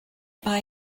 mae